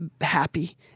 happy